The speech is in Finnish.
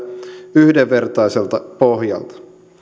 yhdenvertaiselta pohjalta